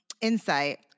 insight